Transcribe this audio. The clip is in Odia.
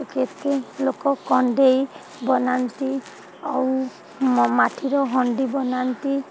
କେତେ ଲୋକ କଣ୍ଡେଇ ବନାନ୍ତି ଆଉ ମାଟିର ହାଣ୍ଡି ବନାନ୍ତି